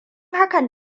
hakan